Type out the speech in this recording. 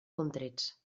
contrets